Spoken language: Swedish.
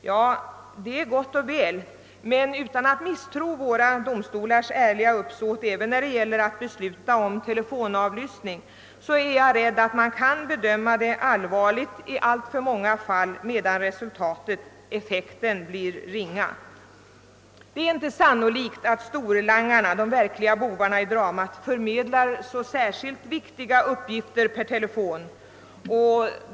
Ja, det är gott och väl, men utan att misstro våra domstolars ärliga uppsåt vid beslut om telefonavlyssning är jag rädd att man i alltför många fall kan bedöma läget som allvarligt, medan effekten blir ringa. Det är inte sannolikt att storlangarna, de verkliga bovarna i dramat, förmedlar särskilt viktiga uppgifter per telefon.